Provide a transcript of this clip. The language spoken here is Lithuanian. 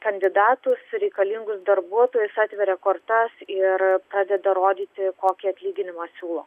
kandidatus reikalingus darbuotojus atveria kortas ir pradeda rodyti kokį atlyginimą siūlo